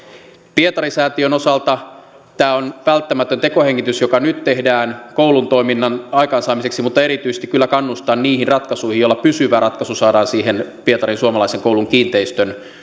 pietari säätiön osalta tämä on välttämätön tekohengitys joka nyt tehdään koulun toiminnan aikaansaamiseksi mutta erityisesti kyllä kannustan niihin ratkaisuihin joilla pysyvä ratkaisu saadaan siihen pietarin suomalaisen koulun kiinteistön